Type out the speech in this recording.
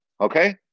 Okay